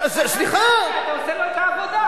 אבל זה מינימום שבמינימום שרשתות החינוך אלה לא עומדות בו,